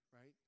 right